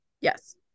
yes